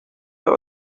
der